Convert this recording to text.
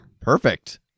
Perfect